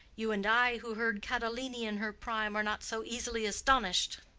you and i, who heard catalani in her prime, are not so easily astonished.